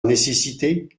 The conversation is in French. nécessité